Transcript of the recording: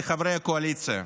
אל חברי הקואליציה: